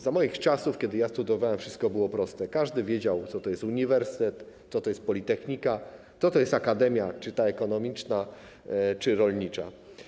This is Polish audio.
Za moich czasów, kiedy ja studiowałem, wszystko było proste, każdy wiedział, co to jest uniwersytet, co to jest politechnika, co to jest akademia ekonomiczna czy rolnicza.